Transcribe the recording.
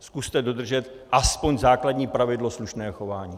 Zkuste dodržet aspoň základní pravidlo slušného chování.